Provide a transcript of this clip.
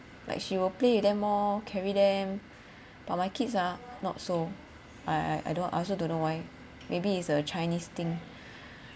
like she will play with them more carry them but my kids ah not so I I don't want I also don't know why maybe it's a chinese thing